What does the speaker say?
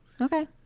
Okay